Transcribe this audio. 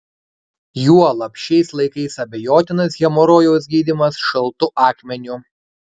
juolab šiais laikais abejotinas hemorojaus gydymas šaltu akmeniu